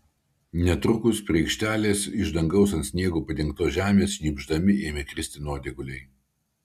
netrukus prie aikštelės iš dangaus ant sniegu padengtos žemės šnypšdami ėmė kristi nuodėguliai